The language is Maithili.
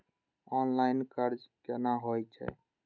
ऑनलाईन कर्ज केना होई छै?